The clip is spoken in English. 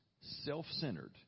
self-centered